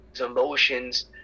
emotions